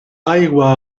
aigua